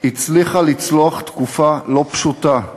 הצליחה לצלוח תקופה לא פשוטה,